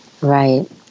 Right